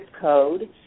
code